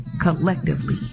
collectively